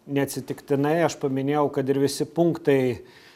neatsitiktinai aš paminėjau kad ir visi punktai